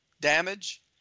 damage